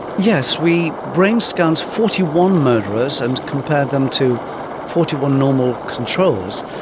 yes we brain-scanned forty one murderers and compared them to forty one normal controls.